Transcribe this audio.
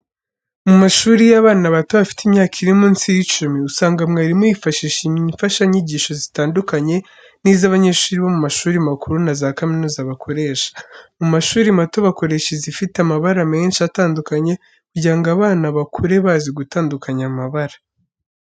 Mu mashuri y'abana bato bafite imyaka iri munsi y'icumi, usanga mwarimu yifashisha imfashanyigisho zitandukanye ni zo abanyeshuri bo mu mashuri makuru na za kaminuza bakoresha. Mu mashuri mato bakoresha izifite amabara menshi atandukanye kugira ngo abana bakure bazi gutandukanya amabara.